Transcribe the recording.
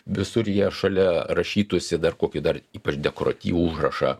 visur jie šalia rašytųsi dar kokį dar ypač dekoratyvų užrašą